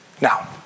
Now